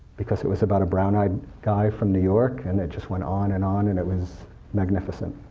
because it was about a brown eyed guy from new york, and it just went on and on, and it was magnificent.